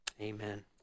Amen